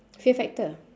fear factor